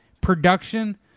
production